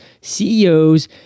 CEOs